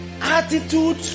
attitude